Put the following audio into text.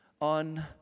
on